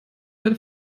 der